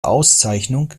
auszeichnung